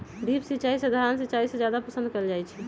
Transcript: drip सिंचाई सधारण सिंचाई से जादे पसंद कएल जाई छई